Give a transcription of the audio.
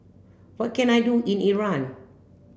what can I do in Iran